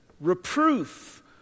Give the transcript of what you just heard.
reproof